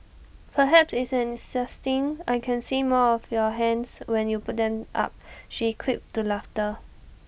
perhaps it's an succinct I can see more of your hands when you put them up she quipped to laughter